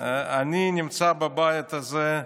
אני נמצא בבית הזה,